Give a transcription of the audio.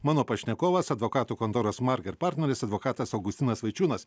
mano pašnekovas advokatų kontoros marger partneris advokatas augustinas vaičiūnas